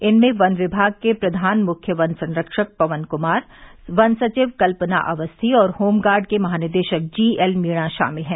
इनमें वन विभाग के प्रधान मुख्य वन संरक्षक पवन कुमार वन सचिव कल्पना अवस्थी और होमगार्ड के महानिदेशक जीएल मीणा शामिल हैं